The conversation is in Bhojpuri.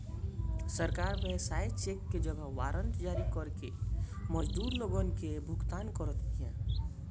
सरकार व्यवसाय चेक के जगही वारंट जारी कअ के मजदूर लोगन कअ भुगतान करत बिया